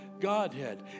Godhead